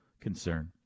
concern